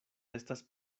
estas